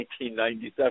1997